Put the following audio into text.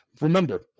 remember